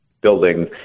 Building